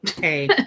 Hey